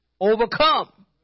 overcome